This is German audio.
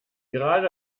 gerade